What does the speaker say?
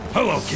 Hello